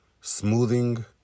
smoothing